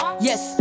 Yes